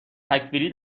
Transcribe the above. تکفیری